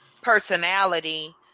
personality